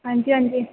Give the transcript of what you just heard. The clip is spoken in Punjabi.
ਹਾਂਜੀ ਹਾਂਜੀ